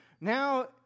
now